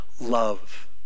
love